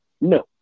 No